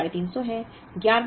10 वां महीना 350 है